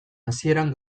hasieran